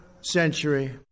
century